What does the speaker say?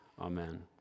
amen